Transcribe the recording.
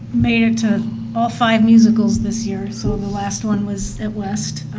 made it to all five musicals this year, so the last one was at west.